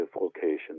location